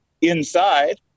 inside